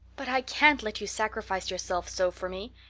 but i can't let you sacrifice yourself so for me.